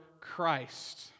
Christ